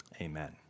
Amen